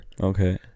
Okay